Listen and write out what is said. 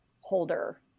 holder